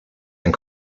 and